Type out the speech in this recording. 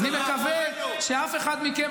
עכשיו תראו, הרסתם את המדינה.